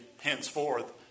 henceforth